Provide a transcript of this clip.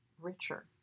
richer